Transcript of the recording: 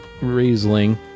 riesling